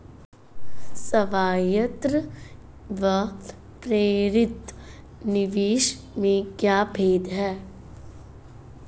स्वायत्त व प्रेरित निवेश में क्या भेद है?